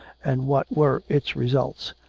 and what were its results,